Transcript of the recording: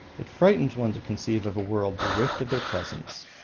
it frightens one to conceive of a world bereft of their presence.